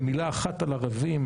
ובמילה אחת על ערבים